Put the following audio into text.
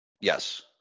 Yes